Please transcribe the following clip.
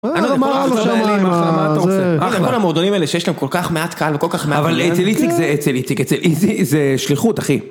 אה, מה אמרנו שם, עם ה זה... אחי, הם כמו המועדונים האלה שיש להם כל כך מעט קהל וכל כך מעט... אבל אצל איציק זה אצל איציק, אצל איזה... זה שליחות, אחי.